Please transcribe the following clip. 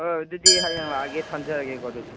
ꯑꯧ ꯑꯗꯨꯗꯤ ꯍꯌꯦꯡ ꯂꯥꯛꯑꯒꯦ ꯊꯝꯖꯔꯒꯦꯀꯣ ꯑꯗꯨꯗꯤ